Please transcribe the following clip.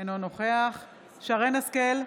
אינו נוכח שרן מרים השכל,